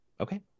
Okay